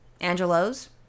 Angelos